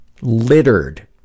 littered